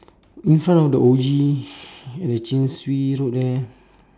in front of the O_G the chin swee road there